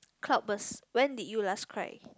clockwise when did you last cried